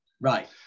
right